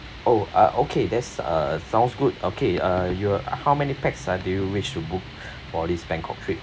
oh uh okay there's uh sounds good okay uh you are uh how many pax uh do you wish to book for this bangkok trip